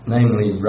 Namely